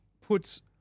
puts